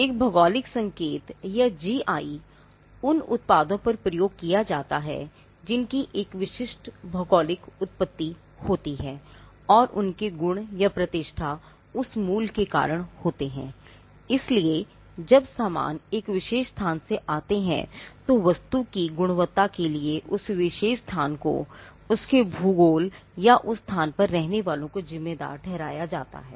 एक भौगोलिक संकेत या जी आई कहा जाता है